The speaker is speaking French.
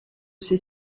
ces